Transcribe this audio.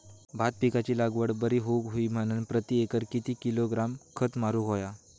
भात पिकाची लागवड बरी होऊक होई म्हणान प्रति एकर किती किलोग्रॅम खत मारुक होया?